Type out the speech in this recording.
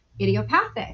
idiopathic